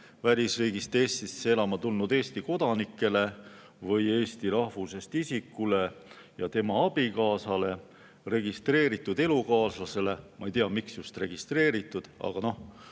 välisriigist Eestisse elama tulnud Eesti kodanikule või eesti rahvusest isikule ja tema abikaasale, registreeritud elukaaslasele – ma ei tea, miks just registreeritud, aga noh,